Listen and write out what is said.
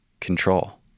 control